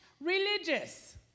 religious